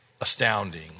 Astounding